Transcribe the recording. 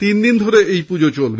তিনদিন ধরে এই পুজো চলবে